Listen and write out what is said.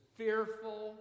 fearful